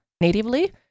natively